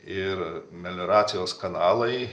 ir melioracijos kanalai